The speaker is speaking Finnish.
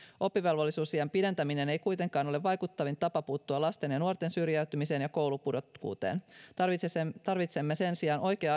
oppivelvollisuusiän pidentäminen ei kuitenkaan ole vaikuttavin tapa puuttua lasten ja nuorten syrjäytymiseen ja koulupudokkuuteen tarvitsemme sen sijaan oikea